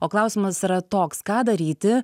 o klausimas yra toks ką daryti